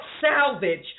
salvage